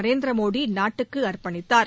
நரேந்திர மோடி நாட்டுக்கு அர்ப்பணித்தார்